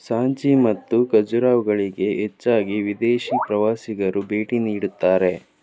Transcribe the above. ಸಾಂಚಿ ಮತ್ತು ಖಜುರಾಹೊಗಳಿಗೆ ಹೆಚ್ಚಾಗಿ ವಿದೇಶಿ ಪ್ರವಾಸಿಗರು ಭೇಟಿ ನೀಡುತ್ತಾರೆ